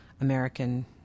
American